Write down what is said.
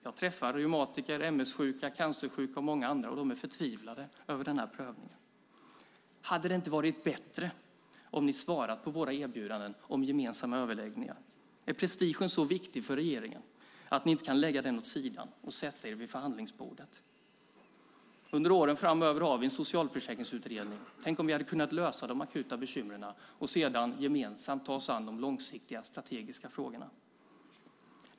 Jag träffar reumatiker, ms-sjuka, cancersjuka och många andra, och de är förtvivlade över denna prövning. Hade det inte varit bättre om ni svarat på våra erbjudanden om gemensamma överläggningar? Är prestigen så viktig för regeringen att ni inte kan lägga den åt sidan och sätta er vid förhandlingsbordet? Under åren framöver har vi en socialförsäkringsutredning. Tänk om vi hade kunnat lösa de akuta bekymren och sedan gemensamt ta oss an de långsiktiga strategiska frågorna.